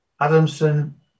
Adamson